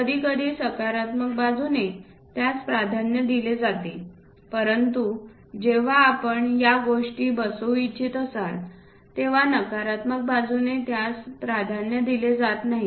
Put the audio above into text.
कधीकधी सकारात्मक बाजूने त्यास प्राधान्य दिले जाते परंतु जेव्हा आपण गोष्टी बसवू इच्छित असाल तेव्हा नकारात्मक बाजूने त्यास प्राधान्य दिले जात नाही